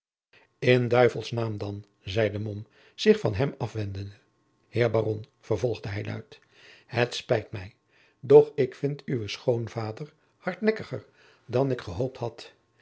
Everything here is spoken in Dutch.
in duivels naam dan zeide mom zich van hem afwendende heer baron vervolgde hij luid het spijt mij doch ik vind uwen schoonvader hardnekkiger dan ik gehoopt had